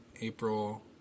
April